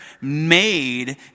made